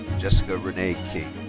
jessica renee king.